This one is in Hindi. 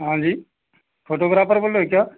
हाँ जी फोटोग्राफर बोल रहे हो क्या